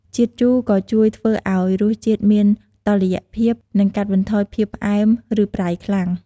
ជាតិជូរក៏ជួយធ្វើឱ្យរសជាតិមានតុល្យភាព ដោយកាត់បន្ថយភាពផ្អែម ឬប្រៃខ្លាំង។